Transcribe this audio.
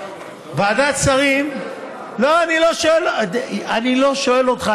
ועדת שרים, לא, אני לא שואל אותך.